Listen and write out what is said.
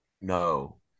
No